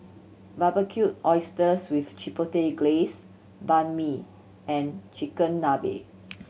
Barbecued Oysters with Chipotle Glaze Banh Mi and Chigenabe